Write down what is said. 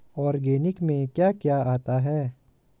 Organic में क्या क्या आता है?